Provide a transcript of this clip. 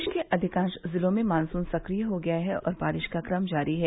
प्रदेश के अधिकांश जिलों में मानसून सक्रिय हो गया है और बारिश का क्रम जारी है